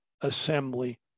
assembly